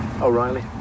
O'Reilly